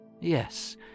Yes